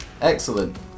Excellent